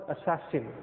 assassin